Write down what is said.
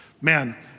Man